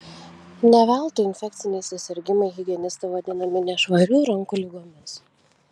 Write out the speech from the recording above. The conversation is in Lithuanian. ne veltui infekciniai susirgimai higienistų vadinami nešvarių rankų ligomis